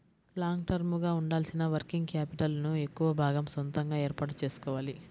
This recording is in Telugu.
లాంగ్ టర్మ్ గా ఉండాల్సిన వర్కింగ్ క్యాపిటల్ ను ఎక్కువ భాగం సొంతగా ఏర్పాటు చేసుకోవాలి